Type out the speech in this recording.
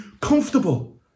comfortable